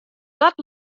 dat